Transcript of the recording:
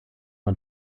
nur